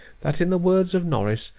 that in the words of norris,